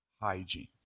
hygiene